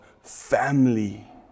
family